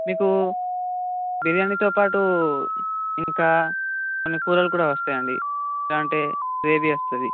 మీకు బిర్యానీతో పాటు ఇంకా కొన్ని కూరలు కూడా వస్తాయండి ఎలా అంటే గ్రేవీ వస్తుంది